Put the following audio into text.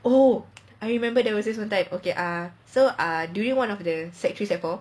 oh I remember there was this one time okay ah so ah during one of the secondary three secondary four